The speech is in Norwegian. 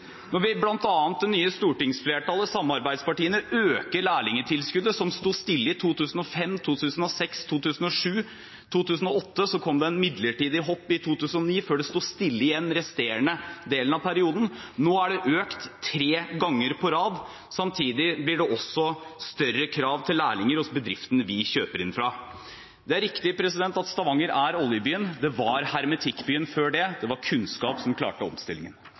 det nye stortingsflertallet med samarbeidspartiene bl.a. øker lærlingtilskuddet, som sto stille i 2005, 2006, 2007 og 2008. Så kom det et midlertidig hopp i 2009, før det sto stille igjen den resterende delen av perioden. Nå er det økt tre ganger på rad. Samtidig stilles det også større krav til lærlinger hos bedriftene vi kjøper inn fra. Det er riktig at Stavanger er oljebyen. Det var hermetikkbyen før det. Det var kunnskap som gjorde at de klarte omstillingen.